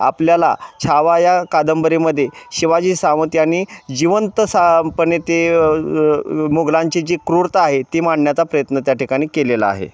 आपल्याला छावा या कादंबरीमध्ये शिवाजी सावंत यांनी जिवंत सा पणे ते मुगलांची जी क्रूरता आहे ती माांडण्याचा प्रयत्न त्या ठिकाणी केलेला आहे